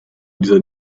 dieser